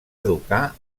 educar